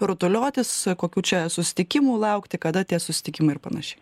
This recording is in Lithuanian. rutuliotis kokių čia susitikimų laukti kada tie susitikimai ir panašiai